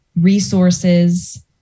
resources